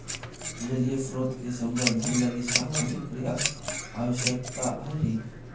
जलीय स्रोत के संवर्धन लगी सामाजिक प्रयास आवश्कता हई